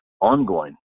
ongoing